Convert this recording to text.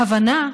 ההבנה,